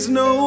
no